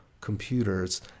computers